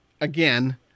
again